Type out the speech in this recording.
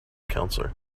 counselor